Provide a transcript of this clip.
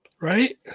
Right